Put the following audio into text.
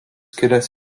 kilęs